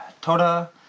Toda